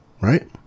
right